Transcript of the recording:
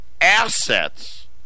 assets